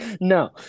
No